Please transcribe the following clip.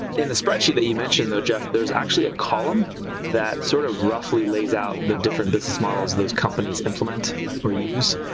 in the spreadsheet that you mentioned though, jeff, there's actually a column that sort of roughly lays out the different business models that those companies implement or use,